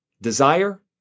Desire